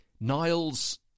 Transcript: Niles